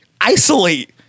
Isolate